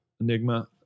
Enigma